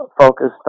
focused